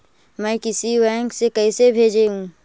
मैं किसी बैंक से कैसे भेजेऊ